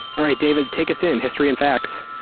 all right, david, take us in history and facts.